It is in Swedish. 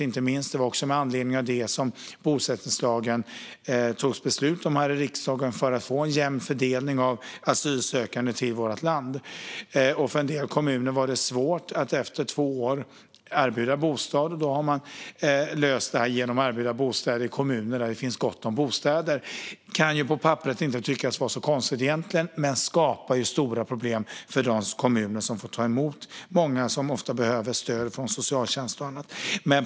Det var också med anledning av det som riksdagen beslutade om bosättningslagen, för att få en jämn fördelning av asylsökande i vårt land. För en del kommuner var det svårt att efter två år erbjuda bostad, och då löste man det genom att erbjuda bostäder i kommuner där det finns gott om sådana. Det kanske inte kan tyckas så konstigt, men det skapade stora problem för de kommuner som fick ta emot många som behöver stöd från socialtjänst och annat.